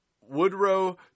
Woodrow